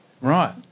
Right